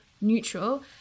neutral